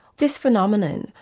this phenomenon,